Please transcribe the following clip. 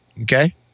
okay